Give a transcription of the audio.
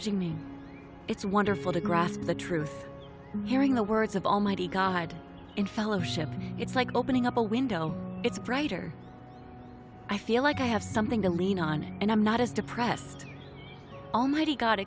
knew it's wonderful to grasp the truth hearing the words of almighty god in fellowship it's like opening up a window it's brighter i feel like i have something to lean on and i'm not as depressed almighty go